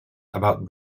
about